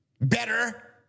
better